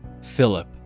Philip